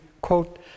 quote